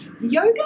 Yoga